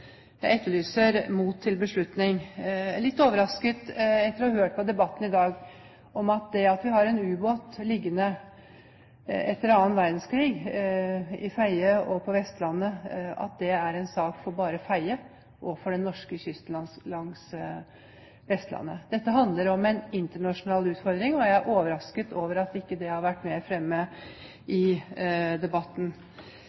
Jeg etterlyser mot til beslutning. Jeg er litt overrasket etter å ha hørt på debatten i dag, over at det at vi har en ubåt liggende etter den annen verdenskrig i Fedje på Vestlandet, skulle være en sak bare for Fedje og for kysten langs Vestlandet. Dette handler om en internasjonal utfordring, og jeg er overrasket over at det ikke har vært mer fremme i debatten. Med